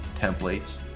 templates